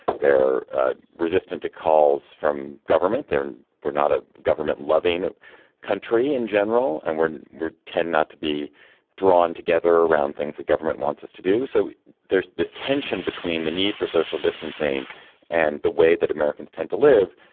they're ah resistant to calls from government there. and we're not a government loving country in general. and we're we're tend not to be drawn together around things the government wants us to do. so there's this tension between the need for social distancing and the way that americans tend to live.